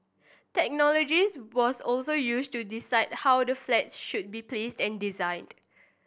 technologies was also used to decide how the flats should be placed and designed